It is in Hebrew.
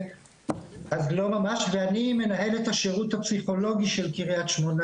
אני מנהל את השירות הפסיכולוגי של קריית שמונה,